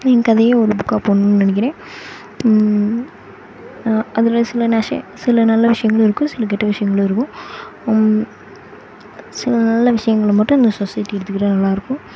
என் கதையை ஒரு புக்காக போடணுன்னு நினைக்கிறேன் அதில் சில நஷே சில நல்ல விஷயங்களும் இருக்கும் சில கெட்ட விஷயங்களும் இருக்கும் சில நல்ல விஷயங்களை மட்டும் இந்த சொசைட்டி எடுத்துக்கிட்டா நல்லாயிருக்கும்